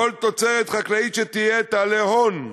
כל תוצרת חקלאית שתהיה תעלה הון,